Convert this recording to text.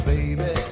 Baby